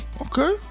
okay